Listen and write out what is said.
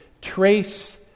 trace